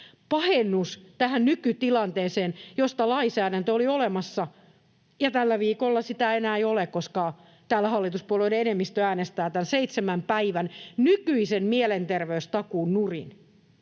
pahennus tähän nykytilanteeseen, josta lainsäädäntö oli olemassa. Tällä viikolla sitä ei enää ole, koska täällä hallituspuolueiden enemmistö äänestää tämän seitsemän päivän nykyisen mielenterveystakuun nurin.